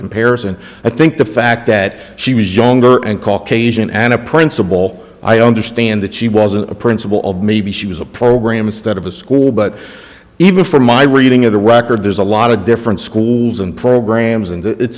comparison i think the fact that she was younger and caucasian and a principal i understand that she wasn't a principal of maybe she was a program instead of a school but even from my reading of the record there's a lot different schools and programs and it